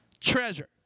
treasure